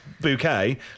bouquet